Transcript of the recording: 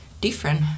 different